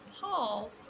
Paul